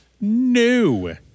No